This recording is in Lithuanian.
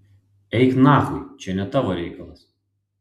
eik nachui čia ne tavo reikalas